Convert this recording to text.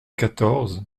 quatorze